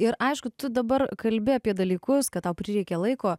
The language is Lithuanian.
ir aišku tu dabar kalbi apie dalykus kad tau prireikė laiko